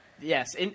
Yes